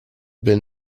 been